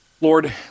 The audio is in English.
Lord